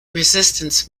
resistance